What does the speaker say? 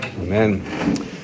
Amen